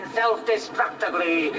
self-destructively